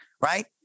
right